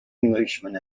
englishman